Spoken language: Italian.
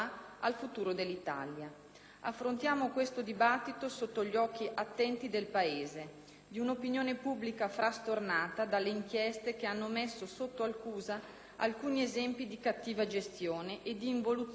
Affrontiamo questo dibattito sotto gli occhi attenti del Paese, di un'opinione pubblica frastornata dalle inchieste che hanno messo sotto accusa alcuni esempi di cattiva gestione e di involuzione del sistema universitario.